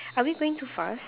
are we going too fast